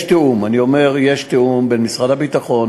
יש תיאום בין משרד הביטחון,